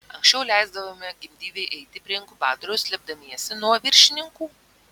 anksčiau leisdavome gimdyvei eiti prie inkubatoriaus slėpdamiesi nuo viršininkų